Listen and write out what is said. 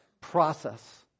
process